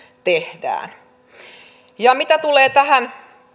tehdään mitä tulee tähän